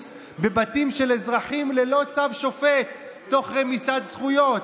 בבתים של אזרחים ללא צו שופט תוך רמיסת זכויות,